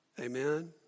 Amen